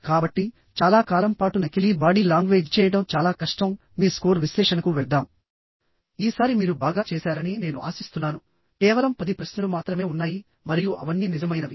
కాబట్టి చాలా కాలం పాటు నకిలీ బాడీ లాంగ్వేజ్ చేయడం చాలా కష్టం మీ స్కోర్ విశ్లేషణకు వెళ్దాం ఈసారి మీరు బాగా చేశారని నేను ఆశిస్తున్నాను కేవలం పది ప్రశ్నలు మాత్రమే ఉన్నాయి మరియు అవన్నీ నిజమైనవి